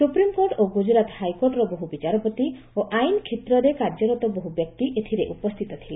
supreme court ଓ ଗୁଜରାତ ହାଇକୋର୍ଟର ବହୁ ବିଚାରପତି ଓ ଆଇନ୍ କ୍ଷେତ୍ରରେ କାର୍ଯ୍ୟରତ ବହୁ ବ୍ୟକ୍ତି ଏଥିରେ ଉପସ୍ଥିତ ଥିଲେ